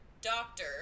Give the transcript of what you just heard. doctor